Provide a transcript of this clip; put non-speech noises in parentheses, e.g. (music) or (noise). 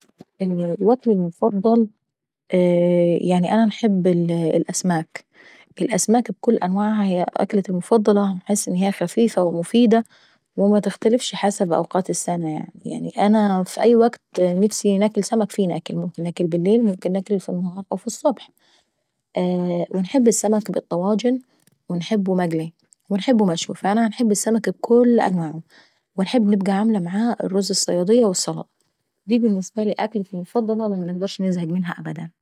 (noise) وكلي المفضل ، يعني انا باحب الأسماك. الأسماك ابكل أنواعها هي وكلتي المفضلة من حيث ان هي خفيفة ومفيدة ومتختلفش حسب أوقات السنة يعني. يعني انا في أي وكت نفسي ناكل فيه سمك ناكل. ممكن ناكل بالليلوممكن ناكله في النهار او في الصبح. (hesitation) وباحب السمك بالطواجن وباحبه مقلي. وباحبه مشوي. فانا باحب السمك بكووول انواعه، ونحب نبقى عاملة معاه رز الصيادية والسلطة. دي بالنسبة لي اكلتي المفضلة ومنقدرش نستنغى عنها ابدا.